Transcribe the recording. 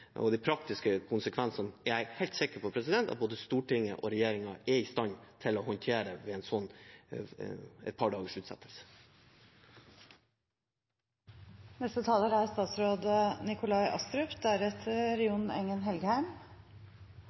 De praktiske konsekvensene er jeg helt sikker på at både Stortinget og regjeringen er i stand til å håndtere ved et par dagers utsettelse. La meg begynne med å si til representanten Lundteigen at det er